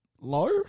low